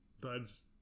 BUDS